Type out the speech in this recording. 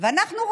תודה